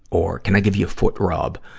or, can i give you a foot rub?